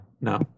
no